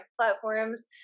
platforms